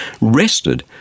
rested